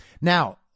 Now